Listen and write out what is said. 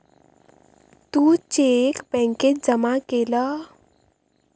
तू cheque बॅन्केत जमा केलं?